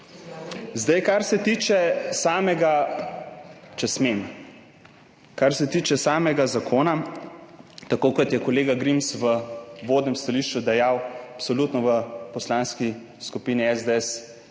smem. Kar se tiče samega zakona, tako kot je kolega Grims v uvodnem stališču dejal, absolutno v Poslanski skupini SDS